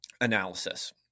analysis